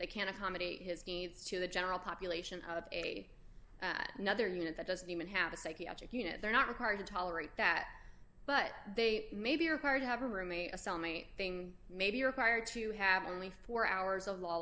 they can't accommodate his needs to the general population of a nother unit that doesn't even have a psychiatric unit they're not required to tolerate that but they may be required to have a roommate a salmi thing may be required to have only four hours of law